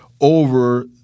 over